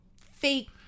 fake